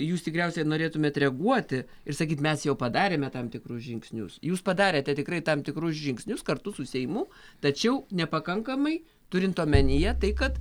jūs tikriausiai norėtumėt reaguoti ir sakyt mes jau padarėme tam tikrus žingsnius jūs padarėte tikrai tam tikrus žingsnius kartu su seimu tačiau nepakankamai turint omenyje tai kad